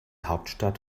hauptstadt